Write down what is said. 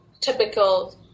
typical